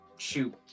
shoot